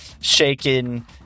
shaken